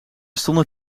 stonden